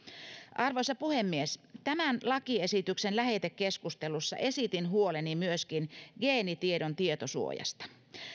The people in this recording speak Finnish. arvoisa puhemies tämän lakiesityksen lähetekeskustelussa esitin huoleni myöskin geenitiedon tietosuojasta